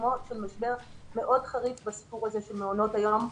בעיצומו של משבר מאוד חריף בסיפור הזה של מעונות היום הפרטיים.